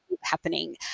happening